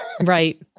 Right